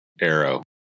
arrow